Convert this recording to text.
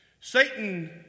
Satan